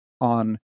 on